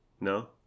No